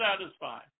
satisfied